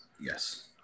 Yes